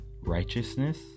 righteousness